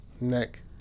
neck